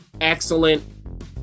Excellent